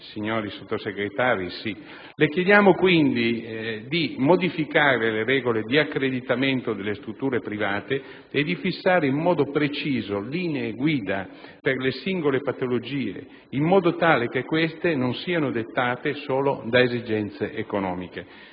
in molti sì. Chiediamo quindi di modificare le regole di accreditamento delle strutture private e di fissare in modo preciso linee guida per le singole patologie, in modo tale che queste non siano dettate solo da esigenze economiche.